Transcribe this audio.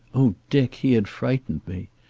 oh, dick, he had frightened me.